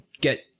get